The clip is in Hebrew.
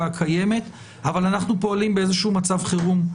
הקיימת אבל אנחנו פועלים באיזשהו מצב חירום,